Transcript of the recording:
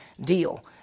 deal